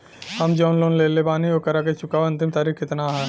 हम जवन लोन लेले बानी ओकरा के चुकावे अंतिम तारीख कितना हैं?